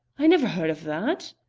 i never heard of that.